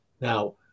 now